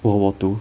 world war two